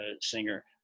singer